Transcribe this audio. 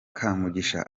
kamugisha